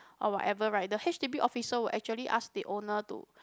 or whatever right the H_D_B officer will actually ask the owner to